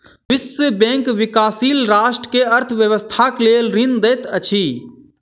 विश्व बैंक विकाशील राष्ट्र के अर्थ व्यवस्थाक लेल ऋण दैत अछि